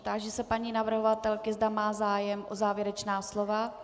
Táži se paní navrhovatelky, zda má zájem o závěrečná slova.